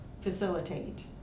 facilitate